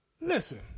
listen